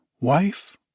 wife